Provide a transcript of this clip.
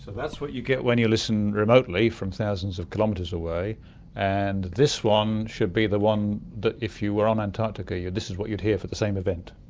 that's what you get when you listen remotely from thousands of kilometres away and this one should be the one that if you were on antarctica, this is what you'd hear for the same event.